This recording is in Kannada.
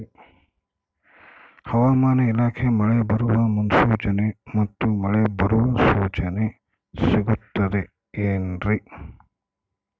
ಹವಮಾನ ಇಲಾಖೆ ಮಳೆ ಬರುವ ಮುನ್ಸೂಚನೆ ಮತ್ತು ಮಳೆ ಬರುವ ಸೂಚನೆ ಸಿಗುತ್ತದೆ ಏನ್ರಿ?